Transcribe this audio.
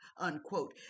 unquote